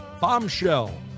Bombshell